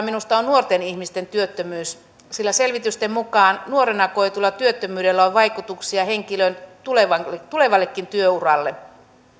minusta on nuorten ihmisten työttömyys sillä selvitysten mukaan nuorena koetulla työttömyydellä on vaikutuksia henkilön tulevallekin tulevallekin työuralle